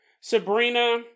Sabrina